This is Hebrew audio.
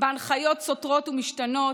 בהנחיות סותרות ומשתנות,